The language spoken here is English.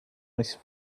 ice